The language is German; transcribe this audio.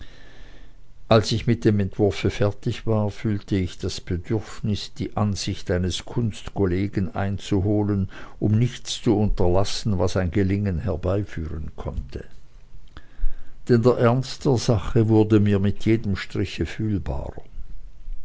als ich mit dem entwurfe fertig war fühlte ich das bedürfnis die ansicht eines kunstgenossen einzuholen um nichts zu unterlassen was ein gelingen herbeiführen konnte denn der ernst der sache wurde mir mit jedem striche fühlbarer